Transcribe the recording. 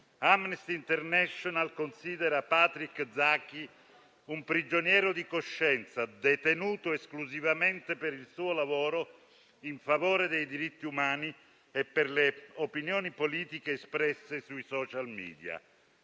Amnesty international considera Patrick Zaki un prigioniero di coscienza, detenuto esclusivamente per il suo lavoro in favore dei diritti umani e per le opinioni politiche espresse sui *social media.*